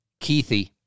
Keithy